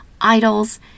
idols